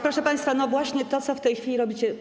Proszę państwa, właśnie to, co w tej chwili robicie.